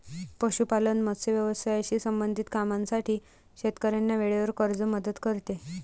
पशुपालन, मत्स्य व्यवसायाशी संबंधित कामांसाठी शेतकऱ्यांना वेळेवर कर्ज मदत करते